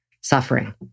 suffering